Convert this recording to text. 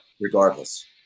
regardless